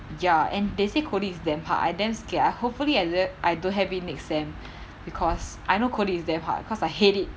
ya and they say coding is damn hard I damn scared I hopefully don't I don't have it next sem because I know coding is damn hard cause I hate it